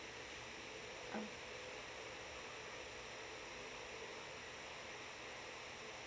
uh